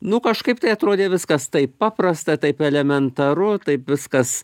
nu kažkaip tai atrodė viskas taip paprasta taip elementaru taip viskas